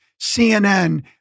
CNN